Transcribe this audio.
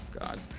God